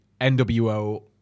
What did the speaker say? NWO